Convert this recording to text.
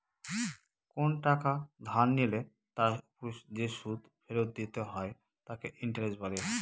কোন টাকা ধার নিলে তার ওপর যে সুদ ফেরত দিতে হয় তাকে ইন্টারেস্ট বলে